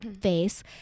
face